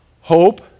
hope